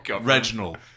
Reginald